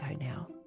now